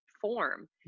form